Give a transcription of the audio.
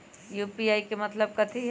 UPI के मतलब कथी होई?